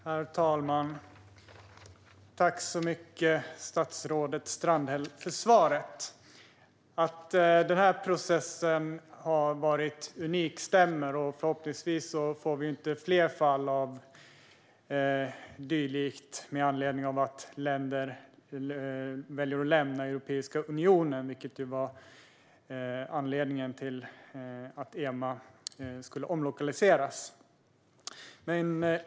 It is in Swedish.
Herr talman! Tack, statsrådet Strandhäll, för svaret! Att den här processen har varit unik stämmer. Förhoppningsvis får vi inga fler dylika fall som har att göra med att länder väljer att lämna Europeiska unionen. Det var ju detta som var anledningen till att EMA skulle omlokaliseras.